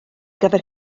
gyfer